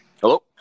Hello